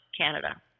Canada